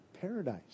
paradise